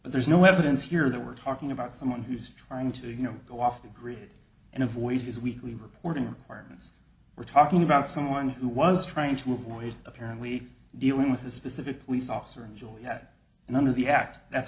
but there's no evidence here that we're talking about someone who's trying to you know go off the grid and avoid his weekly reporting requirements we're talking about someone who was trying to avoid apparently dealing with a specific police officer enjoy that and under the act that's